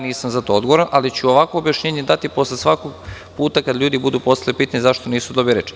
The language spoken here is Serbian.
Nisam za to odgovoran, ali ću ovakvo objašnjenje dati posle svakog puta kada ljudi budu postavljali pitanje zašto nisu dobili reč.